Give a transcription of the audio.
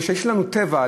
כיוון שיש לנו טבע,